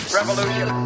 revolution